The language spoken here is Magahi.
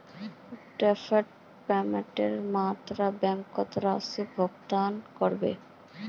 डैफर्ड पेमेंटेर मामलत बैंक राशि भुगतान करबे